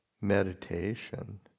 meditation